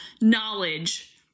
knowledge